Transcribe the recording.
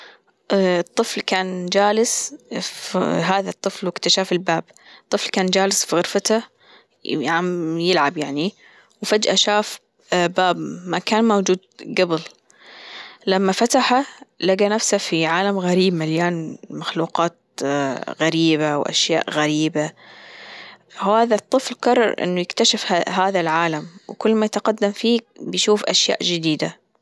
الطفل كان جالس هذا الطفل وإكتشاف الباب طفل كان جالس في غرفته عم يلعب يعني وفجأة شاف باب ما كان موجود جبل لما فتحه لجى نفسه في عالم غريب مليان مخلوقات غريبة وأشياء غريبة هذا الطفل قرر أنه يكتشف هذا العالم وكل ما يتقدم فيه بيشوف أشياء جديدة.